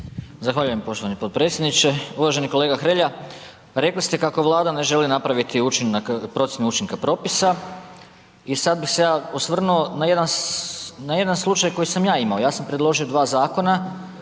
Zahvaljujem poštovani potpredsjedniče. Uvaženi kolega Hrelja. Rekli ste kako Vlada ne želi napraviti procjenu učinka propisa i sada bih se ja osvrnuo na jedan slučaj koji sam ja imao. Ja sam predložio dva zakona